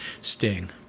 sting